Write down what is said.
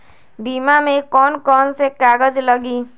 बीमा में कौन कौन से कागज लगी?